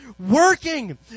working